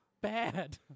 bad